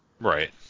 Right